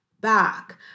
back